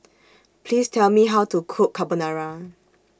Please Tell Me How to Cook Carbonara